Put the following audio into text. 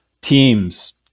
teams